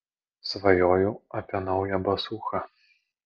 svajoju apie naują basūchą